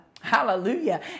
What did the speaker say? Hallelujah